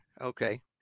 okay